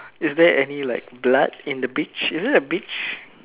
is there any like blood in the beach is it a beach